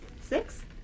Six